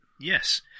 Yes